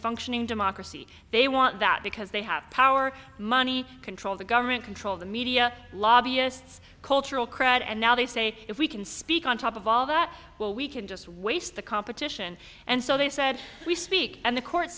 functioning democracy they want that because they have power money control the government control the media lobbyists cultural crad and now they say if we can speak on top of all that well we can just waste the competition and so they said we speak and the court